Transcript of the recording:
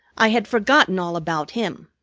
i had forgotten all about him.